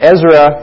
Ezra